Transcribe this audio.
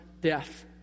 death